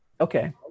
Okay